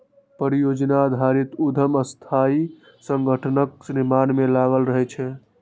परियोजना आधारित उद्यम अस्थायी संगठनक निर्माण मे लागल रहै छै